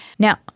Now